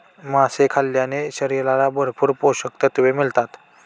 मासे खाल्ल्याने शरीराला भरपूर पोषकतत्त्वे मिळतात